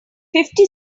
fifty